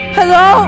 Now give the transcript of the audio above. hello